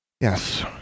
Yes